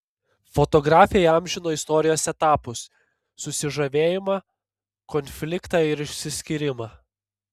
fotografė įamžino istorijos etapus susižavėjimą konfliktą ir išsiskyrimą